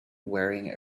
wearing